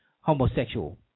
homosexual